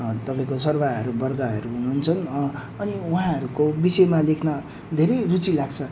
तपाईँको सर्वहारा वर्गहरू हुनु हुन्छ अनि उहाँहरूको विषयमा लेख्न धेरै रुचि लाग्छ